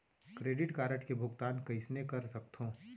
Credit card के भुगतान कईसने कर सकथो?